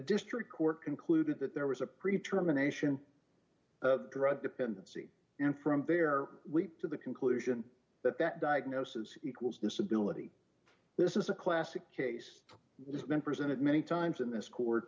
district court concluded that there was a pre terminations of drug dependency and from there to the conclusion that that diagnosis equals disability this is a classic case has been presented many times in this court